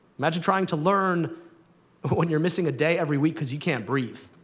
imagine trying to learn when you're missing a day every week because you can't breathe.